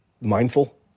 mindful